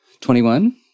Twenty-one